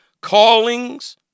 callings